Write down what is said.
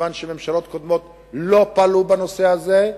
כיוון שהממשלות הקודמות לא פעלו בנושא הזה,